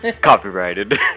Copyrighted